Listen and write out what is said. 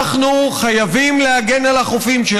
אני מתכבד להביא בפני הכנסת את הצעת חוק החופים,